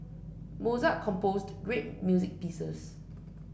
Mozart composed great music pieces